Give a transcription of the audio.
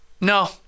no